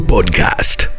Podcast